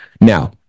Now